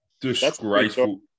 disgraceful